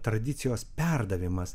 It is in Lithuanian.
tradicijos perdavimas